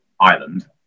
island